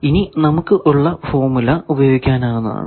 ഇനി നമുക്ക് മുമ്പ് ഉള്ള ഫോർമുല ഉപയോഗിക്കാനാകുന്നതാണ്